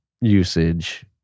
usage